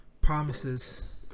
promises